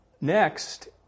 next